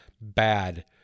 Bad